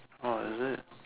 ah is it